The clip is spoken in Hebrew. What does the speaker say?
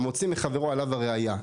המוציא מחברו עליו הראיה.